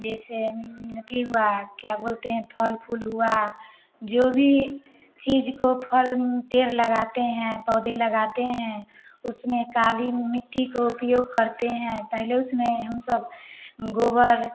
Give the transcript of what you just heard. जैसे मेथी हुआ क्या बोलते हैं फल फूल हुआ जो भी चीज को फल पेड़ लगाते हैं पौधे लगाते हैं उसमें काली मिट्टी को उपयोग करते हैं पहले उसमें हम सब गोबर